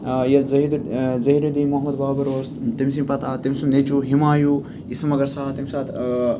یَتھ زٲہِد زٲہِدالدین محمد بابر اوس تٔمۍ سٕنٛدۍ پتہٕ آو تٔمۍ سُنٛد نیٚچوٗ ہِمایوٗ سُہ مگر سا تمہِ ساتہٕ